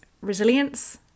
resilience